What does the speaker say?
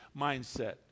mindset